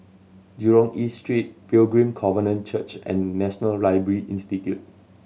Jurong East Street Pilgrim Covenant Church and National Library Institute